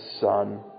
Son